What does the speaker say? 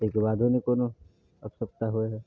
ताहिके बादो नहि कोनो आवश्यकता होइ हइ उँ